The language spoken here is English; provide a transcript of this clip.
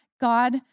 God